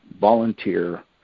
volunteer